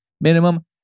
minimum